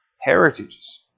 heritages